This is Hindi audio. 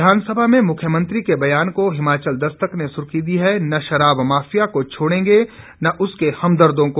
विधानसभा में मुख्यमंत्री के बयान को हिमाचल दस्तक ने सुर्खी दी है न शराब माफिया को छोड़ेंगे न उसके हमदर्दों को